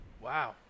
Wow